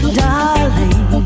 darling